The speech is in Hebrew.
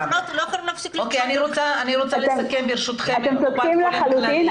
אבל אנחנו לא יכולים להפסיק ל --- אתם צודקים לחלוטין,